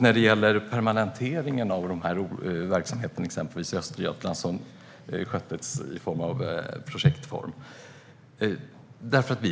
När det gäller att permanenta exempelvis verksamheten i Östergötland, som sköttes i projektform, vill